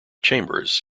chambers